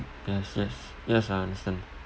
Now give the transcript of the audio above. yes yes yes I understand